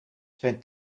zijn